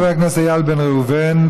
תודה לחבר הכנסת איל בן ראובן.